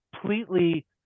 completely